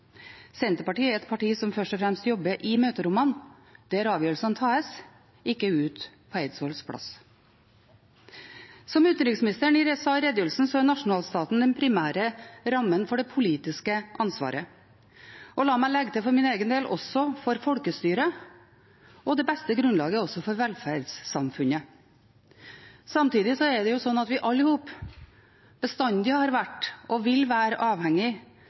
Senterpartiet er et parti som først og fremst jobber i møterommene, der avgjørelsene tas, ikke ute på Eidsvolls plass. Som utenriksministeren sa i redegjørelsen, er nasjonalstaten den primære rammen for det politiske ansvaret. La meg legge til for egen del: også for folkestyret, og det beste grunnlaget også for velferdssamfunnet. Samtidig er det sånn at vi alle sammen bestandig har vært og vil være avhengig